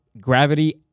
gravity